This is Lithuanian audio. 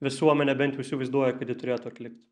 visuomenė bent jau įsivaizduoja kad ji turėtų atlikti